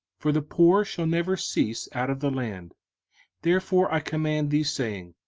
for the poor shall never cease out of the land therefore i command thee, saying,